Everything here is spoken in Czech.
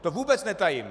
To vůbec netajím.